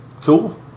cool